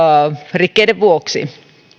rikkeiden vuoksi